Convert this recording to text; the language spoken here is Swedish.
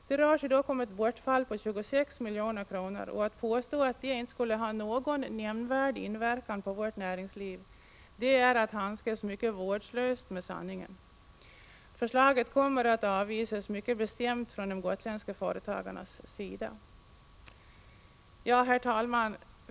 Det rör sig dock om ett bortfall på 26 milj.kr., och att påstå att det inte skulle ha någon nämnvärd inverkan på vårt näringsliv är att handskas mycket vårdslöst med sanningen. Förslaget kommer att avvisas mycket bestämt från de gotländska företagarnas sida. Herr talman!